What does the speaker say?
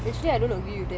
mmhmm